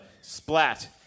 Splat